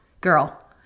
Girl